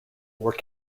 were